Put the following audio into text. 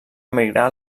emigrar